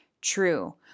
true